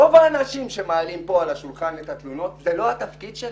רוב האנשים שמעלים את התלונות זה לא התפקיד שלהם.